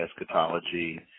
eschatology